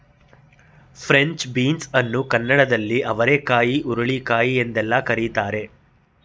French beans ಅನ್ನು ಕನ್ನಡದಲ್ಲಿ ಅವರೆಕಾಯಿ ಹುರುಳಿಕಾಯಿ ಎಂದೆಲ್ಲ ಕರಿತಾರೆ